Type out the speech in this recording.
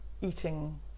eating